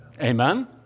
Amen